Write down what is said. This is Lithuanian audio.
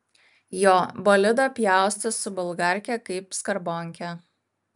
jo bolidą pjaustė su bulgarke kaip skarbonkę